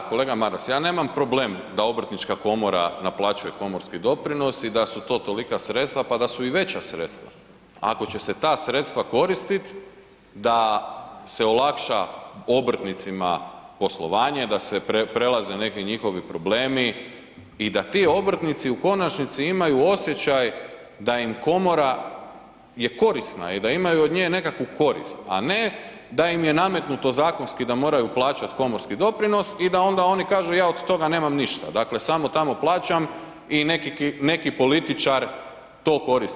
Da kolega Maras, ja nemam problem da Obrtnička komora naplaćuje komorski doprinos i da su to tolika sredstva pa da su i veća sredstva ako će se ta sredstva koristiti da olakša obrtnicima poslovanje, da se prelaze neki njihovi problemi i da ti obrtnici u konačnici imaju osjećaj da im komora je korisna i da imaju od nje nekakvu korist a ne da im je nametnuto zakonski da moraju plaćati komorski doprinos i da onda oni kažu ja od toga nemam ništa, dakle samo tamo plaćam i neki političar to koristi.